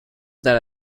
that